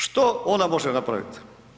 Što ona može napraviti?